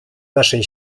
naszej